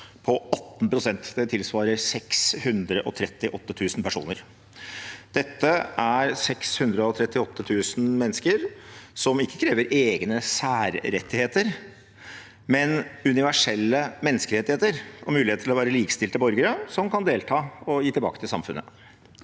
år 18 pst. Det tilsvarer 638 000 personer. Dette er 638 000 mennesker som ikke krever egne særrettigheter, men universelle menneskerettigheter og mulighet til å være likestilte borgere som kan delta og gi tilbake til samfunnet.